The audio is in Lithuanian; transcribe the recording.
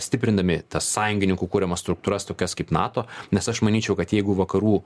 stiprindami tas sąjungininkų kuriamas struktūras tokias kaip nato nes aš manyčiau kad jeigu vakarų